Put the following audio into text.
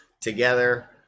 together